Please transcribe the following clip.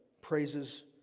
praises